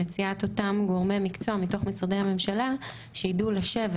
מציאת אותם גורמי מקצוע מתוך משרדי הממשלה שיידעו לשבת